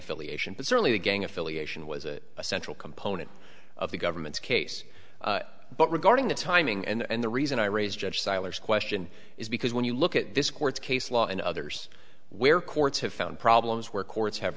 affiliation but certainly the gang affiliation was a central component of the government's case but regarding the timing and the reason i raise judge silence question is because when you look at this court case law and others where courts have found problems where courts have